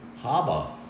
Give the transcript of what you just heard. Harbour